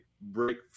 break